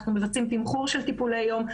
אנחנו מבצעים תמחור של טיפולי יום.